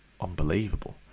unbelievable